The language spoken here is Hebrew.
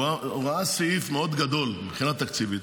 של האוצר וראה סעיף מאוד גדול מבחינת תקציבית.